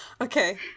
Okay